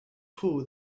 cool